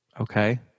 okay